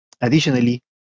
Additionally